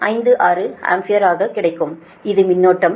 56 ampere ஆக கிடைக்கும் இது மின்னோட்டம்